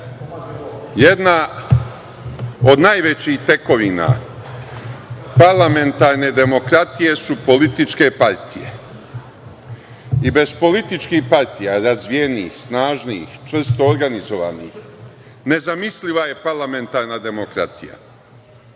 jedna od najvećih tekovina parlamentarne demokratije su političke partije i bez političkih partija, razvijenih, snažnih, čvrsto organizovanih, nezamisliva je parlamentarna demokratije,